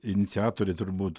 iniciatoriai turbūt